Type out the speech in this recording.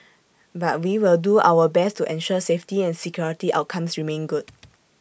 but we will do our best to ensure safety and security outcomes remain good